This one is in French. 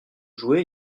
jouer